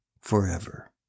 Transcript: forever